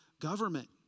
government